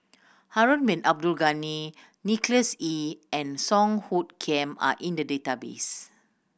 Harun Bin Abdul Ghani Nicholas Ee and Song Hoot Kiam are in the database